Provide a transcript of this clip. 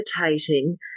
meditating